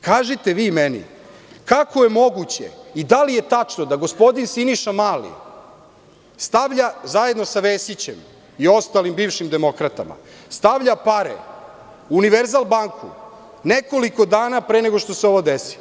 Kažite vi meni, kako je moguće i da li je tačno da gospodin Siniša Mali stavlja zajedno sa Vesićem i ostalim bivšim demokratama pare u „Univerzal banku“ nekoliko dana pre nego što se ovo desi?